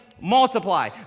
multiply